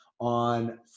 on